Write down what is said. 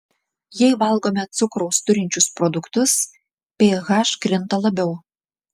jei valgome cukraus turinčius produktus ph krinta labiau